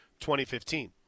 2015